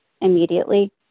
immediately